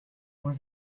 were